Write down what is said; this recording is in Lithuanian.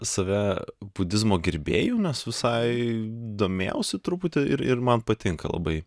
save budizmo gerbėju nes visai domėjausi truputį ir ir man patinka labai